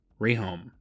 Rehome